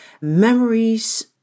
memories